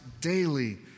daily